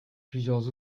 plusieurs